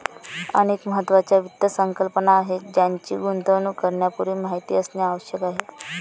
अनेक महत्त्वाच्या वित्त संकल्पना आहेत ज्यांची गुंतवणूक करण्यापूर्वी माहिती असणे आवश्यक आहे